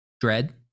Dread